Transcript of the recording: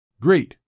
Great